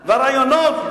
הרעיונות,